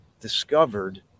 discovered